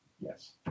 yes